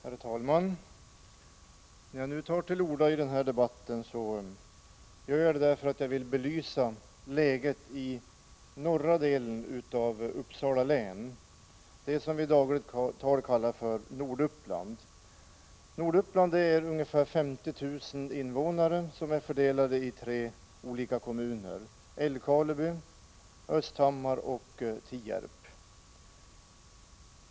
Herr talman! När jag nu tar till orda i den här debatten gör jag det för att jag vill belysa läget i norra delen av Uppsala län, det som i dagligt tal kallas Norduppland. Norduppland har ungefär 50 000 invånare, fördelade på tre olika kommuner: Älvkarleby, Östhammar och Tierp.